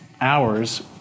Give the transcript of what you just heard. hours